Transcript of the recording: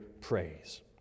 praise